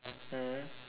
mm